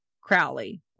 Crowley